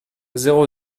zéro